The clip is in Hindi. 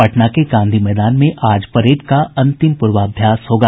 पटना के गांधी मैदान में आज परेड का अंतिम पूर्वाभ्यास होगा